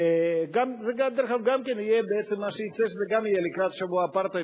בעצם מה שיצא, שזה גם יהיה לקראת שבוע האפרטהייד.